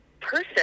person